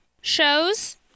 shows